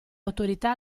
autorità